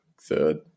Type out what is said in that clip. third